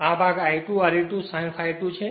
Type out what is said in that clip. આ ભાગ I2 Re2 sin ∅2 છે